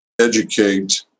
educate